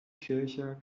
kircher